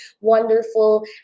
wonderful